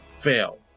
fail